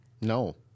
No